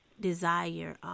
desire